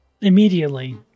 Immediately